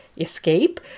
escape